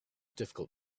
difficult